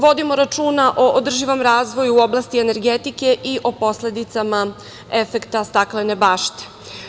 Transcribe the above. Vodimo računa o održivom razvoju u oblasti energetike i o posledicama efekta staklene bašte.